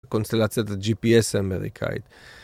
קונסטלציית הGPS האמריקאית